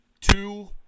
two